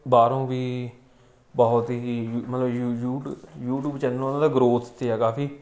ਬਾਹਰੋਂ ਵੀ ਬਹੁਤ ਹੀ ਮਤਲਬ ਯੂਟਿਊਬ ਚੈਨਲ ਉਹਨਾਂ ਦਾ ਗਰੋਥ 'ਤੇ ਆ ਕਾਫੀ